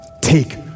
take